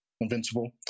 invincible